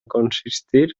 consistir